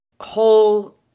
whole